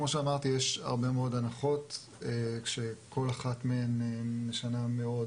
כמו שאמרתי יש הרבה מאוד הנחות כשכל אחת מהן משנה מאוד